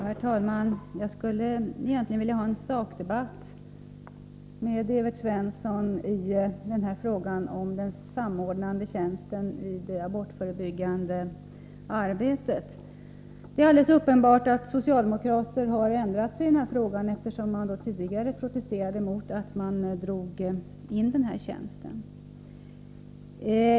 Herr talman! Jag skulle egentligen vilja ha en sakdebatt med Evert Svensson i frågan om den samordnande tjänsten i det abortförebyggande arbetet. Det är alldeles uppenbart att socialdemokraterna har ändrat sig i den frågan, eftersom de tidigare protesterade mot att man drog in den här tjänsten.